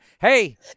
hey